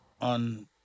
on